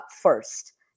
first